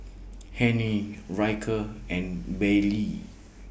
Hennie Ryker and Baylie